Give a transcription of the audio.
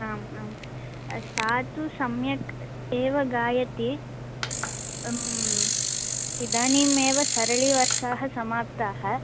आम् आं सा तु सम्यक् एव गायति इदानीमेव सरळीवरसाः समाप्ताः